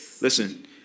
Listen